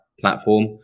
platform